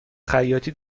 خیاطی